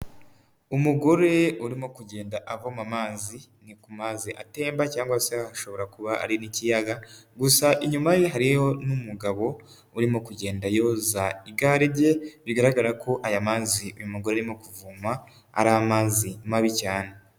Umugore urimo kugenda avoma amazi, ni ku mazi atemba cyangwa se ashobora kuba ari n'ikiyaga, gusa inyuma ye hariho n'umugabo urimo kugenda yoza igare rye, bigaragara ko aya mazi uyu mugore arimo kuvoma ari amazi mabi cyane.